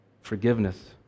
forgiveness